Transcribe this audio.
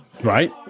Right